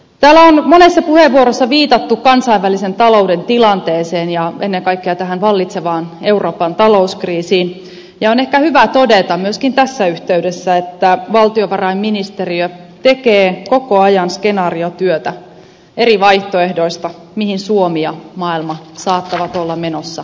täällä on monessa puheenvuorossa viitattu kansainvälisen talouden tilanteeseen ja ennen kaikkea tähän vallitsevaan euroopan talouskriisiin ja on ehkä hyvä todeta myöskin tässä yhteydessä että valtiovarainministeriö tekee koko ajan skenaariotyötä eri vaihtoehdoista mihin suomi ja maailma saattavat olla menossa lähiaikoina